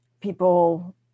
people